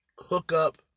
hookup